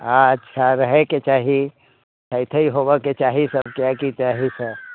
अच्छा रहैके चाही थइथइ होबऽके चाही सबके तऽ की चाही तऽ